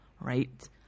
right